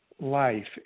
life